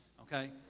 okay